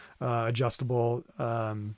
adjustable